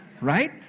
Right